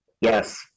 yes